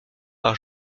par